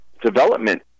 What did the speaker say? development